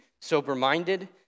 sober-minded